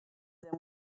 them